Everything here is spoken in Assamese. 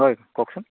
হয় কওকচোন